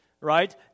right